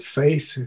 faith